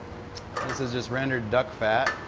this is just rendered duck fat.